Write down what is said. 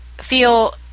feel